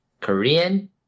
Korean